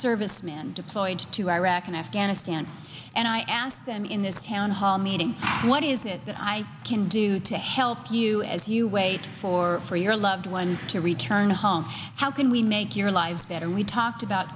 servicemen deployed to iraq and afghanistan and i asked them in this town hall meeting what is it that i can do to help you as you wait for for your loved ones to return home how can we make your lives better we talked about